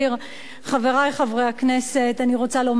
חברי חברי הכנסת, אני רוצה לומר לכם,